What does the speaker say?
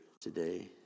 today